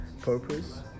purpose